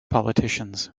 politicians